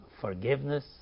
forgiveness